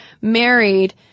married